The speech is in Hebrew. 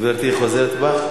גברתי חוזרת בך?